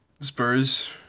Spurs